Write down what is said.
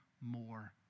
more